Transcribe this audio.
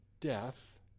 death